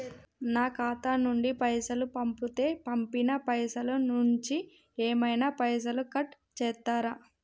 నా ఖాతా నుండి పైసలు పంపుతే పంపిన పైసల నుంచి ఏమైనా పైసలు కట్ చేత్తరా?